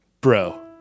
Bro